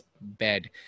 bed